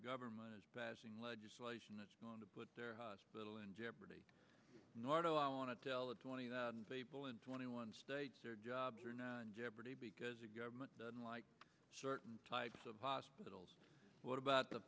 government is passing legislation that's going to put their hospital in jeopardy nor do i want to tell the twenty people in twenty one states their jobs are now in jeopardy because a government doesn't like certain types of hospitals what about the